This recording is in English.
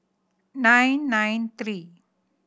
nine nine three